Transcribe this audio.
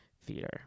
Theater